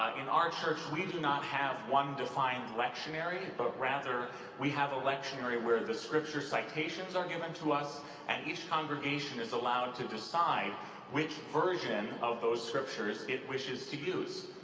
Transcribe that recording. in our church we do not have one defined lectionary but rather we have a lectionary where the scripture citations are given to us and each congregation is allowed to decide which version of those scriptures it wishes to use.